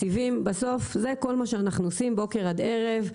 בסיבים זה כל מה שאנחנו עושים מבוקר ועד ערב,